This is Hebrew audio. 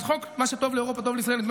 אז חוק "מה שטוב לאירופה טוב לישראל" נדמה